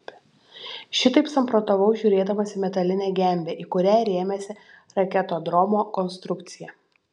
šitaip samprotavau žiūrėdamas į metalinę gembę į kurią rėmėsi raketodromo konstrukcija